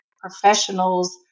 professionals